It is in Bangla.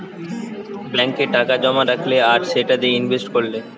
ব্যাংকে টাকা জোমা রাখলে আর সেটা দিয়ে ইনভেস্ট কোরলে